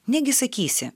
negi sakysi